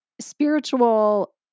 spiritual